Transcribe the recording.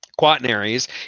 quaternaries